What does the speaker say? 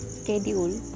schedule